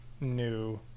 new